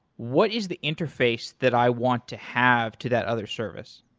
what is the interface that i want to have to that other service?